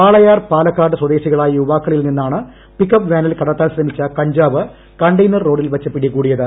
വാളയാർ പാലക്കാട് സ്വദേശികളായ യുവാക്കളിൽ നിന്നാണ് പിക്കപ്പ് വാനിൽ കടത്താൻ ശ്രമിച്ച കഞ്ചാവ് കണ്ടെയ്നർ റോഡിൽ വച്ച് പിടികൂടിയത്